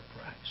price